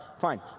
fine